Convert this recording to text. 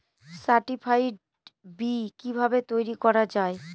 Certified বি কিভাবে তৈরি করা যায়?